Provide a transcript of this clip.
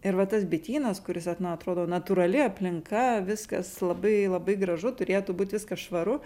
ir va tas bitynas kuris vat na atrodo natūrali aplinka viskas labai labai gražu turėtų būt viskas švaru